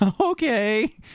Okay